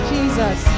Jesus